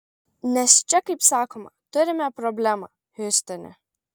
nes čia kaip sakoma turime problemą hiustone